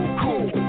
cool